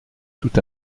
tout